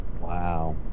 Wow